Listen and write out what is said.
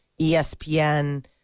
ESPN